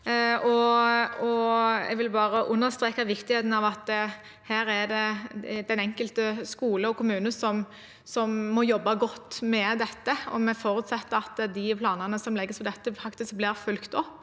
Jeg vil bare understreke viktigheten av at her er det den enkelte skole og kommune som må jobbe godt med dette. Vi forutsetter at de planene som legges for dette, faktisk blir fulgt opp.